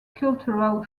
cultural